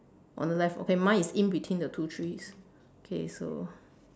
on the left okay mine is in between the two trees okay so